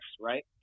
right